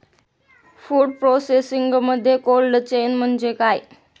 Food प्रोसेसिंगमध्ये cold chain म्हणजे काय?